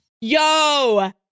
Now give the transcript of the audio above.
Yo